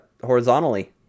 horizontally